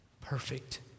Perfect